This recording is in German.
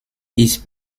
ist